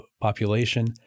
population